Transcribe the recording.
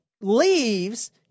leaves